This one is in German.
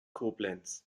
koblenz